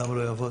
למה לא יעבוד?